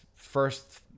first